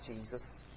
Jesus